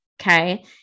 Okay